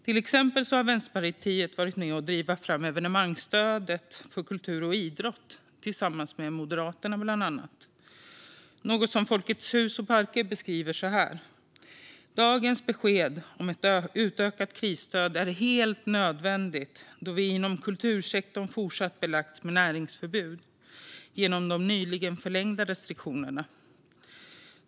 Vänsterpartiet har till exempel varit med om att driva fram evenemangsstödet för kultur och idrott, tillsammans med bland andra Moderaterna, något som Folkets Hus och Parker beskriver så här: "Dagens besked om ett utökat krisstöd är helt nödvändigt då vi inom kultursektorn fortsatt belagts med näringsförbud genom de nyligen förlängda restriktionerna.